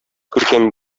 күркәм